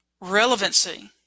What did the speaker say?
relevancy